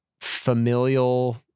familial